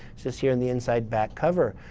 says here in the inside back cover.